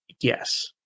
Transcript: Yes